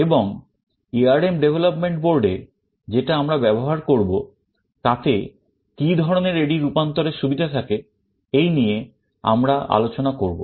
এবং ARM development board এ যেটা আমরা ব্যবহার করব তাতে কি ধরনের AD রূপান্তরের সুবিধা থাকে এই নিয়ে আমরা আলোচনা করব